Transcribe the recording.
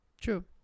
true